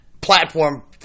platform